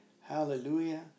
hallelujah